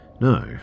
No